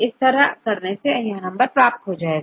इस तरह करने से हमें यह नंबर प्राप्त हो जाता है